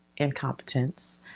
incompetence